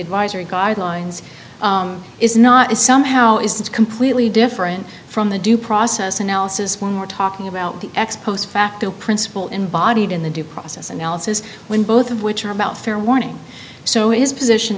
advisory guidelines is not is somehow is completely different from the due process analysis when we're talking about the ex post facto principle embodied in the due process analysis when both of which are about fair warning so his position